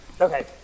Okay